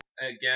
again